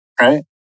Right